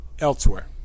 elsewhere